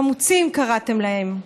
"חמוצים" קראתם להם.